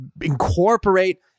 incorporate